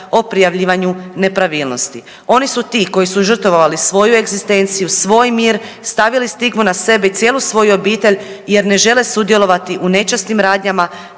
o prijavljivanju nepravilnosti. Oni su ti koji su žrtvovali svoju egzistenciju, svoj mir, stavili stigmu na sebe i cijelu svoju obitelj jer ne žele sudjelovati u nečasnim radnjama